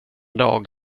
dag